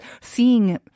seeing